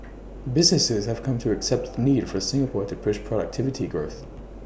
businesses have come to accept the need for Singapore to push productivity growth